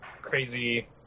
crazy